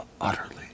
utterly